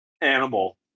Animal